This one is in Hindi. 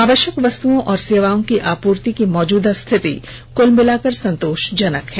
आवश्यक वस्तुओं और सेवाओं की आपूर्ति की मौजूदा स्थिति कुल मिलाकर संतोषजनक है